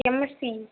MSc